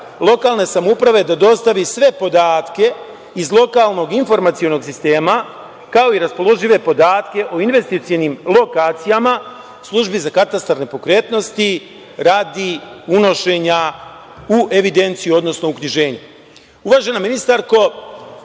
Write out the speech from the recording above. lokalne samouprave da dostavi sve podatke iz lokalnog informacionog sistema, kao i raspoložive podatke o investicionim lokacijama službi za Katastar nepokretnosti radi unošenja u evidenciju, odnosno uknjiženje. Uvažena ministarko,